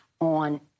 on